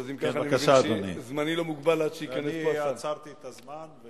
אני עצרתי את הזמן.